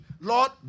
Lord